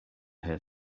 here